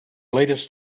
latest